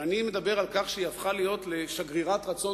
אני מדבר על כך שהיא הפכה לשגרירת רצון